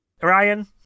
ryan